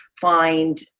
find